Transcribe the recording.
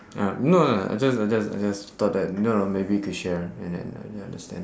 ah no no no I just I just I just thought that you know know maybe you could share and then uh ya understand